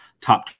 top